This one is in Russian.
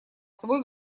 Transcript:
свой